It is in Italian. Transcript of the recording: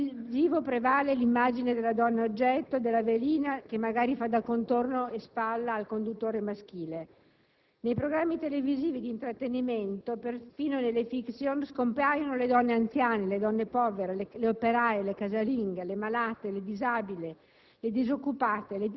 Nello spazio televisivo prevale l'immagine della donna oggetto e della "velina" che, magari, fa da contorno e spalla al conduttore maschile. Nei programmi televisivi di intrattenimento, persino nelle *fiction*, scompaiono le donne anziane, le donne povere, le operaie, le casalinghe, le malate, le disabili,